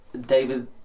David